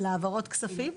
לגבי העברות כספים?